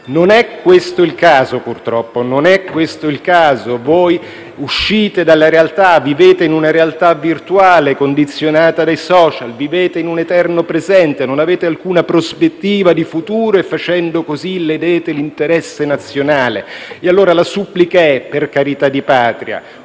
Non è questo il caso, purtroppo; non è questo il caso. Voi uscite dalla realtà, vivete in una realtà virtuale, condizionata dai *social*; vivete in un eterno presente, non avete alcuna prospettiva di futuro e, facendo così, ledete l'interesse nazionale. La supplica, allora, è: per carità di Patria,